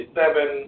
seven